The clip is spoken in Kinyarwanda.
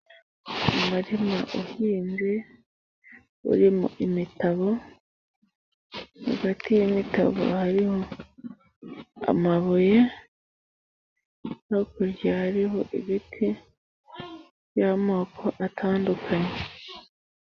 Umurima uhimzwe, urimo imitabo, hagati y' imitabo hari amabuye, hakurya hariho ibiti by'amoko atandukanye.